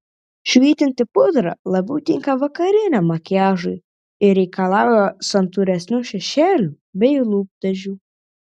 švytinti pudra labiau tinka vakariniam makiažui ir reikalauja santūresnių šešėlių bei lūpdažių